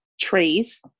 trees